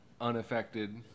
unaffected